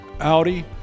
Audi